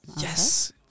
Yes